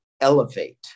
elevate